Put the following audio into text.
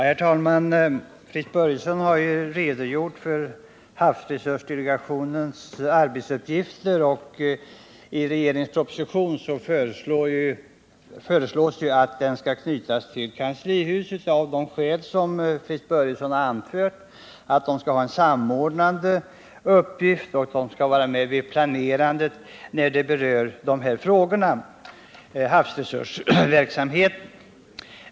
Herr talman! Fritz Börjesson har ju redogjort för havsresursdelegationens arbetsuppgifter. I regeringens proposition föreslås att delegationen skall knytas till kanslihuset av de skäl som Fritz Börjesson har anfört. Delegationen skall ha en samordnande uppgift och skall vara med vid planeringen av havsresursverksamheten.